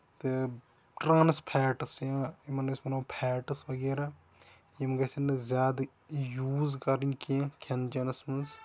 تہٕ ٹرانٕسپھیٹٕس یِم یِمن أسۍ وَنو پھیٹٕس وغیرہ یِم گژھن نہٕ زیادٕ یوٗز کَرٕنۍ کیٚنٛہہ کھٮ۪ن چھٮ۪نَس منٛز